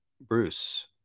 Bruce